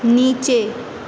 نیچے